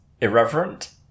irreverent